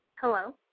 Hello